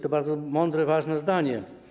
To bardzo mądre, ważne zdanie.